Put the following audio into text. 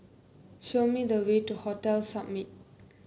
show me the way to Hotel Summit